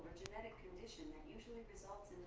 genetic condition that usually results